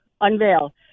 unveil